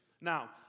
Now